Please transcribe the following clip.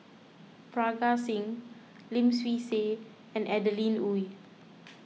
Parga Singh Lim Swee Say and Adeline Ooi